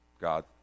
God